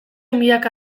milaka